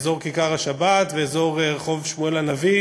אזור כיכר-השבת ואזור רחוב שמואל הנביא